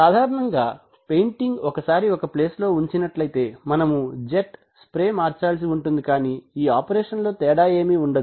సాధారణముగా పెయింటింగ్ ఒకసారి ఒక ప్లేస్ లో ఉంచినట్లైతే మనము జెట్ స్ప్రే మార్చాల్సి ఉంటుంది కానీ ఈ ఆపరేషన్ లో తేడా ఏమి ఉండదు